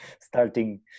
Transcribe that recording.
starting